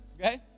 okay